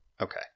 okay